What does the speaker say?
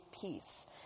peace